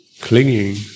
clinging